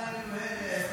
המדינה מנוהלת,